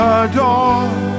adore